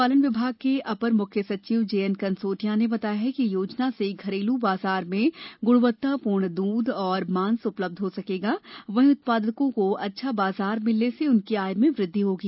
पशुपालन विभाग के अपर मुख्य सचिव जे एन कंसोटिया ने बताया कि इस योजना से घरेलू बाजा में गुणवत्तापूर्ण दूध और मांस उपलब्ध हो सकेगा वहीं उत्पादकों को अच्छा बाजार मिलने से उनकी आय में वृद्धि होगी